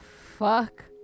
fuck